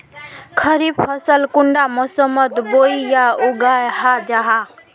खरीफ फसल कुंडा मोसमोत बोई या उगाहा जाहा?